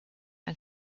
and